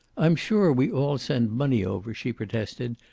i'm sure we all send money over, she protested.